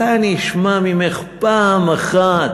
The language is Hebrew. מתי אני אשמע ממך פעם אחת